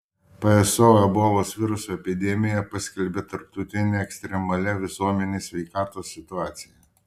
pso ebolos viruso epidemiją paskelbė tarptautine ekstremalia visuomenės sveikatai situacija